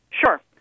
Sure